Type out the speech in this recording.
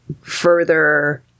further